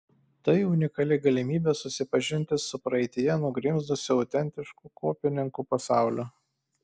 tai unikali galimybė susipažinti su praeityje nugrimzdusiu autentišku kopininkų pasauliu